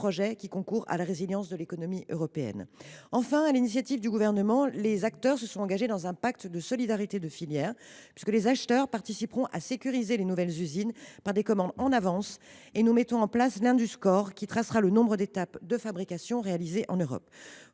projets qui concourent à la résilience de l’économie européenne. Enfin, sur l’initiative du Gouvernement, les acteurs se sont engagés dans un pacte de solidarité de filière. Les acheteurs participeront à la sécurisation des nouvelles usines par des commandes passées à l’avance et nous mettons en place l’« induscore », qui tracera le nombre d’étapes de fabrication réalisées en Europe.